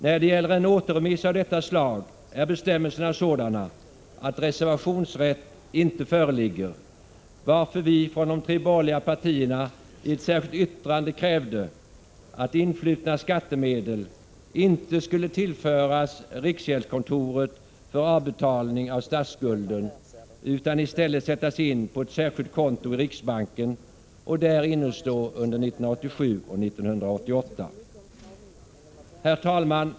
När det gäller en återremiss av detta slag är bestämmelserna sådana att reservationsrätt inte föreligger, varför vi från de tre borgerliga partierna i ett särskilt yttrande krävde att influtna skattemedel inte skulle tillföras riksgäldskontoret för avbetalning av statsskulden utan i stället sättas in på ett särskilt konto i riksbanken och där innestå under 1987 och 1988. Herr talman!